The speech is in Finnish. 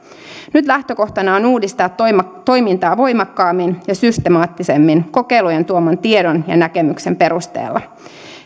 nyt lähtökohtana on uudistaa toimintaa toimintaa voimakkaammin ja systemaattisemmin kokeilujen tuoman tiedon ja näkemyksen perusteella